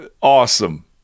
awesome